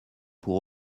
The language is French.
pour